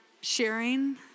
sharing